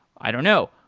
i don't know.